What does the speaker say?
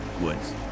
woods